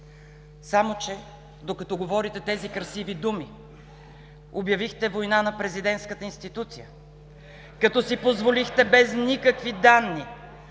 Само че, докато говорите тези красиви думи, обявихте война на президентската институция, като си позволихте без никакви данни